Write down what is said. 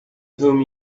whom